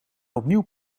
opnieuw